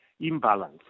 imbalance